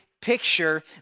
picture